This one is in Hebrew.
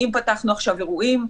אם פתחנו עכשיו אירועים,